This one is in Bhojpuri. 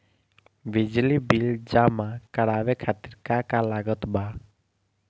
बिजली बिल जमा करावे खातिर का का लागत बा?